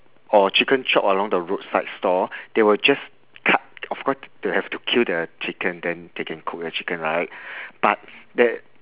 or chicken chop along the roadside stall they will just cut of course they will have to kill the chicken then they can cook the chicken right but there